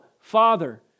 Father